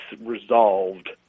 resolved